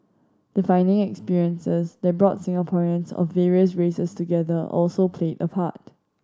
defining experiences that brought Singaporeans of various races together also played a part